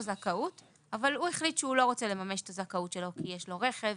זכאות אבל הוא החליט שהוא לא רוצה לממש את הזכאות שלו כי יש לו רכב,